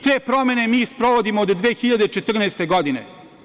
Te promene sprovodimo od 2014. godine.